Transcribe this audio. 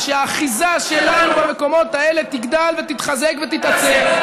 ושהאחיזה שלנו במקומות האלה תגדל ותתחזק ותתעצם.